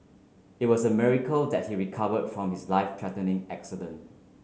it was a miracle that he recovered from his life threatening accident